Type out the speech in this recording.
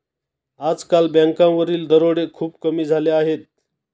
आजकाल बँकांवरील दरोडे खूप कमी झाले आहेत